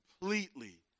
completely